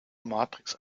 matrix